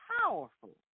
powerful